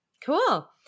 Cool